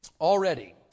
Already